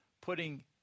putting